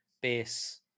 base